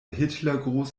hitlergruß